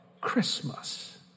Christmas